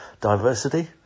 diversity